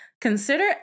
Consider